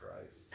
Christ